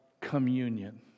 communion